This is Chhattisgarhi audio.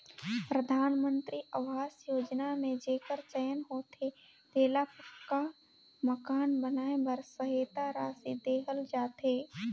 परधानमंतरी अवास योजना में जेकर चयन होथे तेला पक्का मकान बनाए बर सहेता रासि देहल जाथे